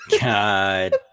god